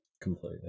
completely